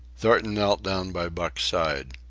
thornton knelt down by buck's side.